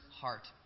heart